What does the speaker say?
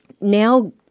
now